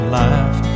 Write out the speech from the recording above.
life